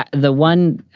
ah the one